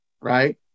right